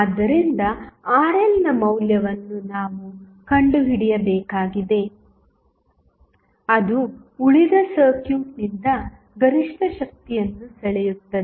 ಆದ್ದರಿಂದ RLನ ಮೌಲ್ಯವನ್ನು ನಾವು ಕಂಡುಹಿಡಿಯಬೇಕಾಗಿದೆ ಅದು ಉಳಿದ ಸರ್ಕ್ಯೂಟ್ನಿಂದ ಗರಿಷ್ಠ ಶಕ್ತಿಯನ್ನು ಸೆಳೆಯುತ್ತದೆ